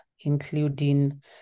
including